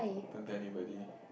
don't tell anybody